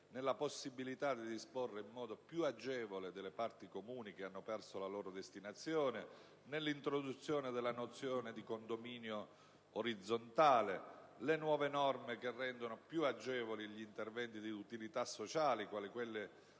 alla possibilità di disporre in modo più agevole delle parti comuni che hanno perso la loro destinazione, all'introduzione della nozione di condominio orizzontale. E poi, le nuove norme che rendono più agevoli gli interventi di utilità sociale (quali quelle